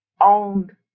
owned